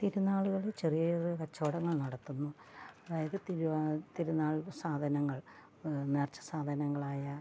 തിരുന്നാളുകളിൽ ചെറിയ ചെറിയ കച്ചവടങ്ങൾ നടത്തുന്നു അതായത് തിരുനാൾ സാധനങ്ങൾ നേർച്ച സാധനങ്ങളായ